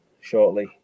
shortly